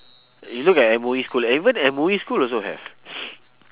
you look at M_O_E school even M_O_E school also have